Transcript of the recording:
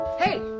Hey